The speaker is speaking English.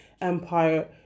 Empire